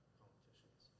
competitions